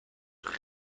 باباش